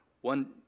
one